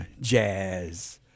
jazz